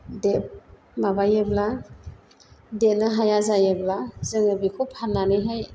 बे माबायोब्ला देरनो हाया जायोब्ला जोङो बेखौ फाननानैहाय